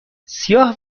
سیاه